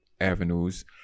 avenues